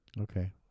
okay